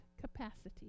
capacity